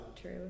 True